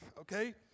Okay